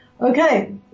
Okay